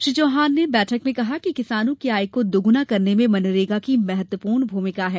श्री चौहान ने बैठक में कहा कि किसानों की आय को दोगुना करने में मनरेगा की महत्वपूर्ण भूमिका है